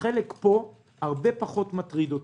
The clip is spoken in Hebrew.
החלק פה הרבה פחות מטריד אותי.